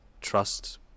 Trust